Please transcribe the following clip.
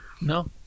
No